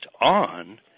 on